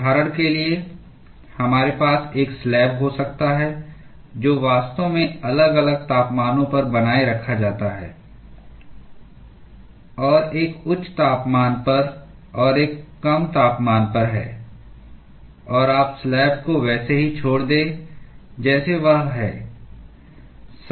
उदाहरण के लिए हमारे पास एक स्लैब हो सकता है जो वास्तव में अलग अलग तापमानों पर बनाए रखा जाता है और एक उच्च तापमान पर और एक कम तापमान पर है और आप स्लैब को वैसे ही छोड़ दें जैसे वह है